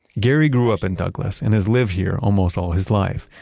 gary grew up in douglas and has lived here almost all his life.